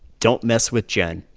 don't mess with jen